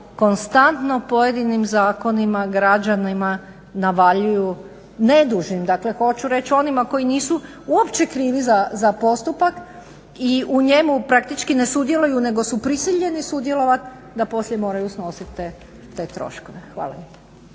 konstantno pojedinim zakonima građanima navaljuju nedužnim, dakle hoću reć onima koji nisu uopće krivi za postupak i u njemu praktički ne sudjeluju nego su prisiljeni sudjelovat da poslije moraju snositi te troškove. Hvala.